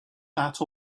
that